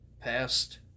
past